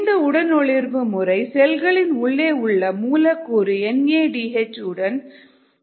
இந்த உடனொளிர்வு முறை செல்களின் உள்ளே உள்ள மூலக்கூறு என் ஏ டி எச் இன் உடனொளிர்வை அளக்கிறது